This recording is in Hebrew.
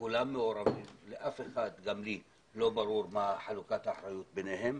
כולם מעורבים ולאף אחד גם לי לא ברורה מה חלוקת האחריות ביניהם,